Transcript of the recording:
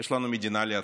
יש לנו מדינה להציל.